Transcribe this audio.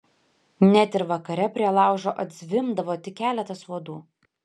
net ir vakare prie laužo atzvimbdavo tik keletas uodų